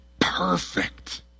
perfect